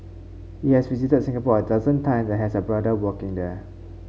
he has visited Singapore a dozen times and has a brother working there